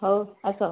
ହଉ ଆସ